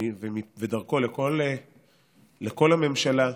ודרכו לכל הממשלה,